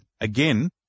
again